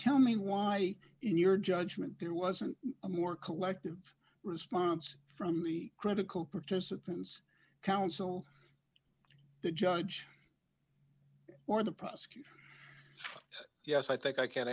tell me why in your judgment there wasn't a more collective response from the critical participants counsel the judge or the prosecutor yes i think i can